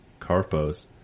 carpos